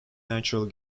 natural